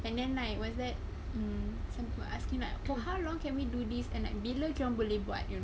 and then like what's that mm some people ask him like how long can we do this and bila kita boleh buat you know